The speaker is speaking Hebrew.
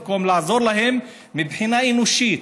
במקום לעזור להם מבחינה אנושית,